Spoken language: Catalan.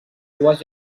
dues